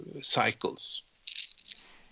cycles